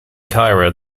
cairo